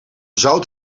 zout